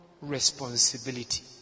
responsibility